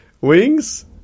Wings